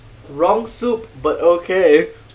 wrong soup but okay